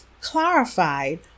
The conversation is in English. clarified